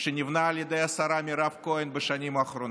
שנבנה על ידי השרה מירב כהן בשנים האחרונות.